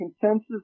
consensus